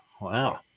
wow